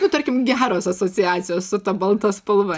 nu tarkim geros asociacijos su ta balta spalva